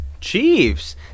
Chiefs